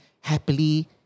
happily